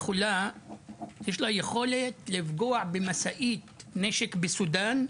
שיש לה יכולת לפגוע במשאית נשק בסודן,